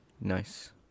Nice